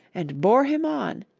and bore him on,